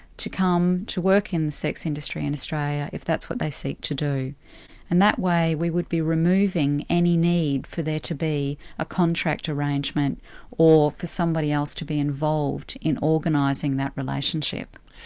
to come to work in the sex industry in australia if that's what they seek to do. in and that way we would be removing any need for there to be a contract arrangement or for somebody else to be involved in organising that relationship.